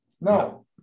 No